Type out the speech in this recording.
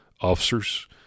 officers